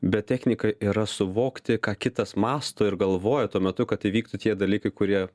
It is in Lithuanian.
bet technika yra suvokti ką kitas mąsto ir galvoja tuo metu kad įvyktų tie dalykai kurie